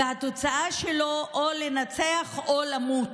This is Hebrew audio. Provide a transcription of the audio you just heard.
והתוצאה שלו, או לנצח או למות.